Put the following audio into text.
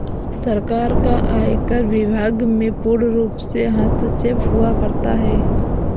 सरकार का आयकर विभाग में पूर्णरूप से हस्तक्षेप हुआ करता है